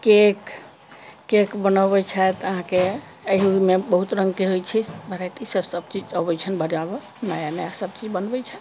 cake cake बनबै छथि अहाँके अहियोमे बहुत रङ्गके होइ छै वेराइटी सभ ई सभ सभ चीज आबै छनि बनाबऽ नया नया सभ चीज बनबै छथि